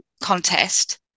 contest